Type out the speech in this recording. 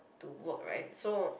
to work right so